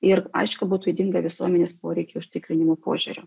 ir aišku būtų ydinga visuomenės poreikių užtikrinimo požiūriu